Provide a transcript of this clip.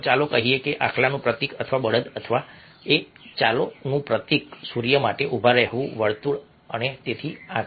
ચાલો કહીએ કે આખલાનું પ્રતીક અથવા બળદ અથવા એ ચાલો નું પ્રતીક સૂર્ય માટે ઊભા રહેલું વર્તુળ અને તેથી આગળ